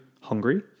hungry